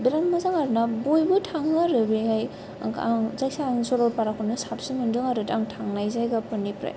बिरात मोजां आरो ना बयबो थाङो आरो ना बावहाय आं जायखिया आं सरलपाराखौनो साबसिन मोनदों आरो आं थांग्रा जायगाफोरनिफ्राय